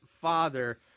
father